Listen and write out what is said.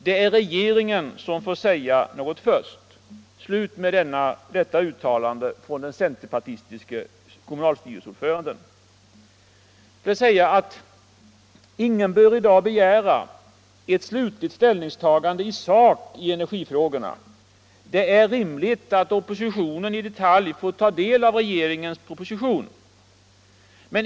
Det är regeringen som får säga något först.” Ingen bör i dag begära ett slutligt ställningstagande i sak i energifrågorna. Det är rimligt att oppositionen i detalj får ta del av regeringens proposition.